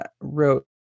wrote